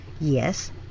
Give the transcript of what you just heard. yes